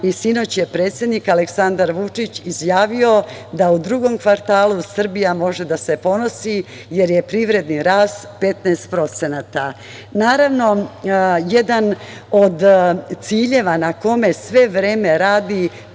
Sinoć je predsednik Aleksandar Vučić izjavio da u drugom kvartalu Srbija može da se ponosi, jer je privredni rast 15%.Naravno, jedan od ciljeva na kome sve vreme radi